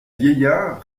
vieillard